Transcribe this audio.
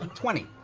twenty.